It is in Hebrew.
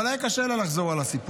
אבל היה קשה לה לחזור על הסיפור.